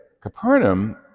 Capernaum